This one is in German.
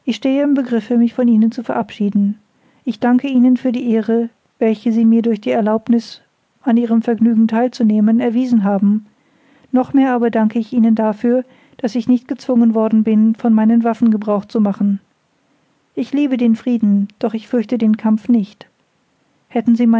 ich stehe im begriffe mich von ihnen zu verabschieden ich danke ihnen für die ehre welche sie mir durch die erlaubniß an ihrem vergnügen theil zu nehmen erwiesen haben noch mehr aber danke ich ihnen dafür daß ich nicht gezwungen worden bin von meinen waffen gebrauch zu machen ich liebe den frieden doch ich fürchte den kampf nicht hätten sie